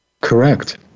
Correct